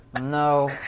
no